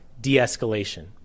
de-escalation